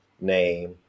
name